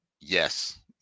yes